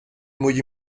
muy